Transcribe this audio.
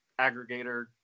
aggregator